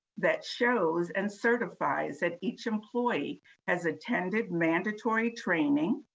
that shows and certifies that each employee has attended mandatory training,